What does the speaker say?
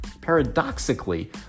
Paradoxically